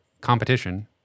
competition